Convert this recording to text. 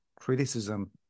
criticism